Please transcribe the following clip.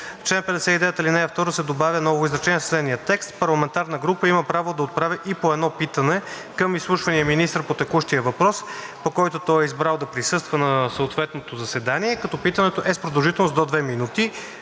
„В чл. 59, алинея 2 се добавя ново изречение със следния текст: „Парламентарната група има право да отправя и по едно питане към изслушвания министър по текущия въпрос, по който той е избрал да присъства на съответното заседание, като питането е с продължителност до две минути.“